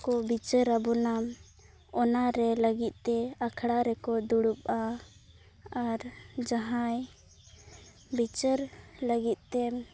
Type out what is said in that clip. ᱠᱚ ᱵᱤᱪᱟᱹᱨᱟᱵᱚᱱᱟ ᱚᱱᱟ ᱨᱮ ᱞᱟᱹᱜᱤᱫ ᱛᱮ ᱟᱠᱷᱲᱟ ᱨᱮᱠᱚ ᱫᱩᱲᱩᱵ ᱟ ᱟᱨ ᱡᱟᱦᱟᱸᱭ ᱵᱤᱪᱟᱹᱨ ᱞᱟᱹᱜᱤᱫ ᱛᱮ